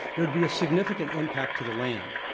there'd be a significant impact to the land.